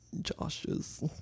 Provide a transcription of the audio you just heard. josh's